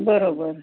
बरोबर